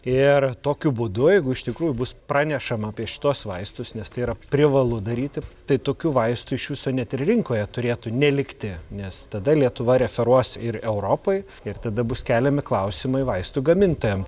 ir tokiu būdu jeigu iš tikrųjų bus pranešama apie šituos vaistus nes tai yra privalu daryti tai tokių vaistų iš viso net rinkoje turėtų nelikti nes tada lietuva referuos ir europai ir tada bus keliami klausimai vaistų gamintojam